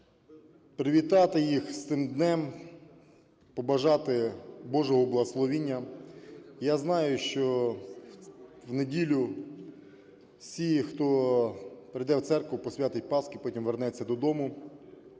привітати їх з цим днем, побажати Божого благословення. Я знаю, що в неділю всі, хто прийде в церкву, посвятить паски, потім вернеться додому,